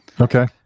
Okay